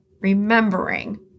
remembering